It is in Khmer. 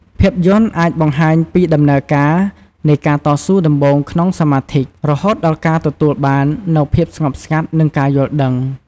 ភាពយន្តអាចបង្ហាញពីដំណើរការនៃការតស៊ូដំបូងក្នុងសមាធិ រហូតដល់ការទទួលបាននូវភាពស្ងប់ស្ងាត់ និងការយល់ដឹង។